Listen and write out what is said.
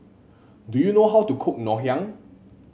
do you know how to cook Ngoh Hiang